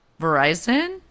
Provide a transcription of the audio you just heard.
Verizon